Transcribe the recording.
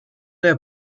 der